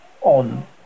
on